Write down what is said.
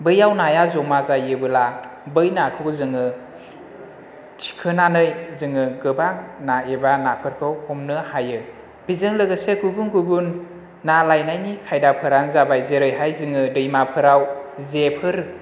बैयाव नाया ज'मा जायोबोला बै नाखौबो जोङो थिखोनानै जोङो गोबां ना एबा नाफोरखौ हमनो हायो बेजों लोगोसे गुबुन गुबुन ना लायनायनि खायदाफोरानो जाबाय जेरैहाय जोङो दैमाफोराव जेफोर